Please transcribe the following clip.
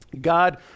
God